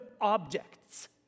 objects